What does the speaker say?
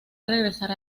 regresar